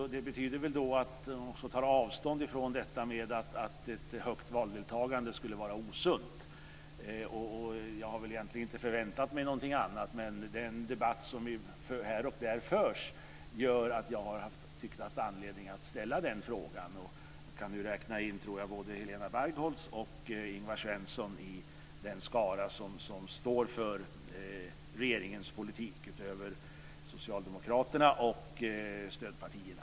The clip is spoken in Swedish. Det betyder väl att han också tar avstånd från att ett högt valdeltagande skulle vara osunt. Jag hade egentligen inte förväntat mig någonting annat. Den debatt som här och där förs gör att jag har tyckt att jag har haft anledning att ställa den frågan. Jag kan nog räkna in både Helena Bargholtz och Ingvar Svensson i den skara som står för regeringens politik utöver Socialdemokraterna och stödpartierna.